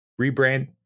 rebrand